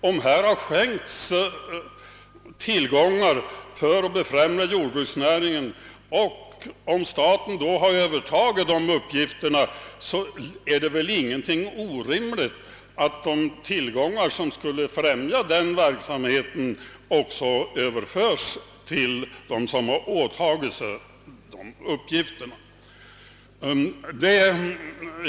Om det har skänkts tillgångar för att befrämja jordbruksnäringen och om staten sedan övertagit ansvaret härför, är det väl ingenting orimligt att motsvarande tillgångar överföres till staten som har åtagit sig uppgifterna.